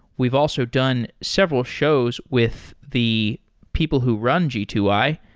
we've also done several shows with the people who run g two i,